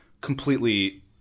completely